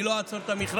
אני לא אעצור את המכרז,